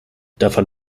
davon